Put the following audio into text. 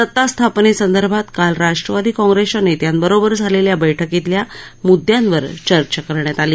सता स्थापनेसंदर्भात काल राष्ट्रवादी काँग्रेसच्या नेत्यांबरोबर झालेल्या बैठकीतल्या मुद्यांवर चर्चा करण्यात आली